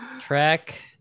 track